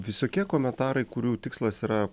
visokie komentarai kurių tikslas yra